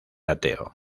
ateo